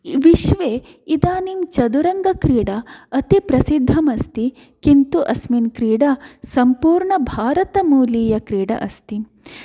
विश्वे इदानीं चतुरङ्गक्रीडा अति प्रसिद्धमस्ति किन्तु अस्मिन् क्रीडा सम्पूर्ण भारतमूलीय क्रीडा अस्ति